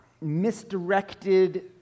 misdirected